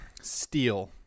Steel